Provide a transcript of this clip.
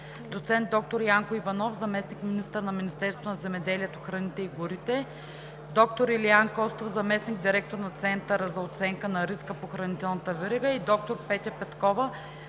доцент доктор Янко Иванов – заместник-министър на Министерството на земеделието, храните и горите; доктор Илиян Костов – заместник-директор на Центъра за оценка на риска по хранителната верига;